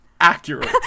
accurate